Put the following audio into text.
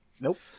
Nope